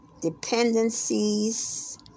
dependencies